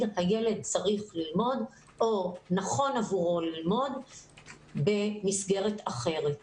שהילד צריך ללמוד או נכון עבורו ללמוד במסגרת אחרת.